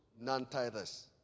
non-tithers